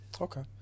Okay